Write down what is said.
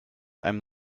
einem